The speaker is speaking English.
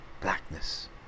blackness